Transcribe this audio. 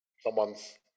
Someone's